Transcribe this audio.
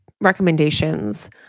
recommendations